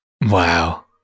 Wow